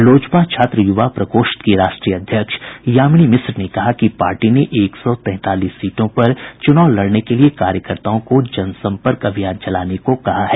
लोजपा छात्र युवा प्रकोष्ठ की राष्ट्रीय अध्यक्ष यामिनी मिश्र ने कहा कि पार्टी ने एक सौ तैंतालीस सीटों पर चुनाव लड़ने के लिए कार्यकर्ताओं को जनसंपर्क अभियान चलाने को कहा है